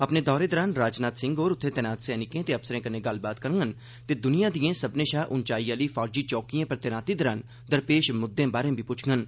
अपने दौरे दौरान राजनाथ सिंह होर उत्थे तैनात सैनिकें ते अफसरें कन्नै गल्लबात बी करगंन ते द्रनिया दियें सब्बने शा ऊंचाई आलियें फौजी चौंकियें पर तैनाती दरान दरपेश मुद्दें बारै बी पुच्छगंन